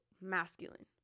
masculine